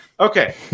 Okay